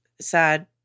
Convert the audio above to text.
Sad